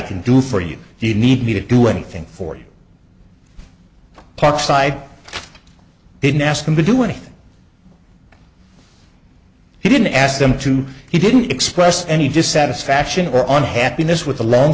can do for you if you need me to do anything for you parkside didn't ask them to do anything he didn't ask them to he didn't express any just satisfaction or on happiness with the l